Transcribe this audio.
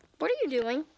what are you doing?